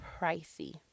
pricey